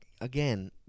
again